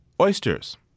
oysters